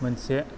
मोनसे